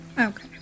Okay